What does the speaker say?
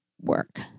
work